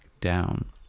down